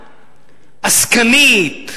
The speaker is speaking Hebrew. עסקנית,